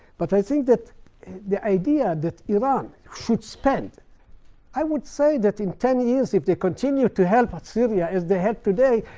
but i think that the idea that iran should spend i would say that in ten years if they continue to help syria as they have today,